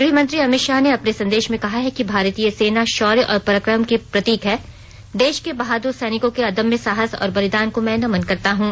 गृह मंत्री अमित शाह ने अपने संदेश में कहा है कि भारतीय सेना शौर्य और पराक्रम की प्रतीक है देश के बहादुर सैनिकों के अदम्य साहस और बलिदान को नमन करता हूं